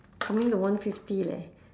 coming to one fifty leh